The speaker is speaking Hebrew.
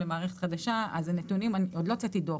לכן עוד לא הוצאתי דוח.